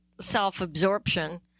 self-absorption